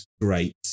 great